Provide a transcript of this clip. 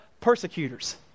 persecutors